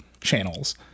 channels